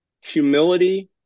humility